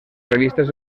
revistes